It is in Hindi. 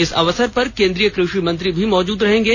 इस अवसर पर केंद्रीय कृषि मंत्री भी मौजूद रहेंगे